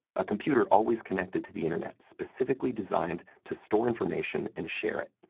a computer always connected to the internet, specifically designed to store information and share it.